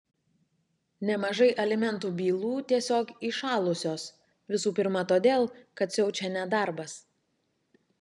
nemažai alimentų bylų tiesiog įšalusios visų pirma todėl kad siaučia nedarbas